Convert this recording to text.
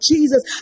Jesus